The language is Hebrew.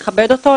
צריך לכבד אותו,